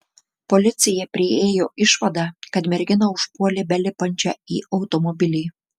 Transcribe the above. policija priėjo išvadą kad merginą užpuolė belipančią į automobilį